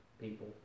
people